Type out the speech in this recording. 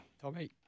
Tommy